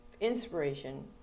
Inspiration